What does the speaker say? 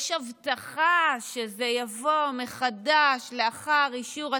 יש הבטחה שזה יבוא מחדש לאחר אישור התקציב,